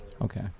Okay